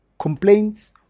complaints